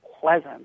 pleasant